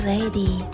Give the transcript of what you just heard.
Lady